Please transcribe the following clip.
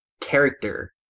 character